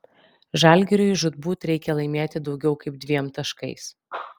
žalgiriui žūtbūt reikia laimėti daugiau kaip dviem taškais